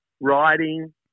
writing